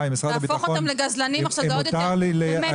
להפוך אותם לגזלנים עכשיו זה עוד יותר --- אם